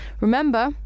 Remember